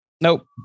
Nope